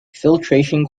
filtration